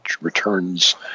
returns